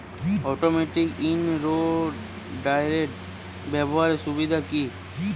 Automatic in row উইডারের ব্যবহারের সুবিধা কি?